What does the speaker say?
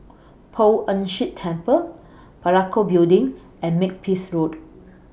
Poh Ern Shih Temple Parakou Building and Makepeace Road